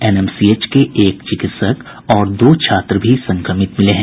NMCH के एक चिकित्सक और दो छात्र भी संक्रमित मिले हैं